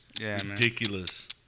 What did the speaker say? ridiculous